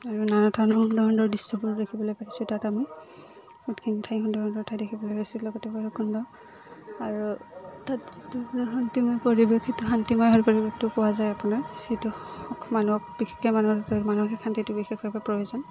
আৰু নানা ধৰণৰ সুন্দৰ সন্দৰ দৃশ্যবোৰ দেখিবলৈ পাইছোঁ তাত আমি বহুতখিনি ঠাই সুন্দৰ সন্দৰ ঠাই দেখিবলৈ পাইছো লগতে ভৈৰৱকুণ্ড আৰু তাত শান্তিময় পৰিৱেশ সেইটো শান্তিময় পৰিৱেশটো পোৱা যায় আপোনাৰ যিটো মানুহক বিশেষকৈ মানুহৰ মানসিক শান্তিটো বিশেষভাৱে প্ৰয়োজন